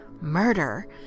murder